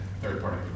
third-party